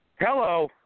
Hello